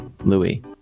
Louis